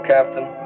Captain